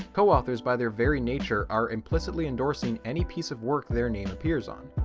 co-authors by their very nature are implicitly endorsing any piece of work their name appears on.